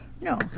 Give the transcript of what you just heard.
No